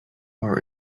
more